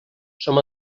som